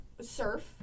surf